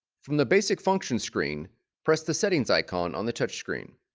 from the basic functions screen press the settings icon on the touchscreen.